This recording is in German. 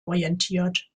orientiert